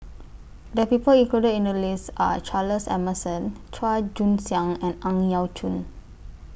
The People included in The list Are Charles Emmerson Chua Joon Siang and Ang Yau Choon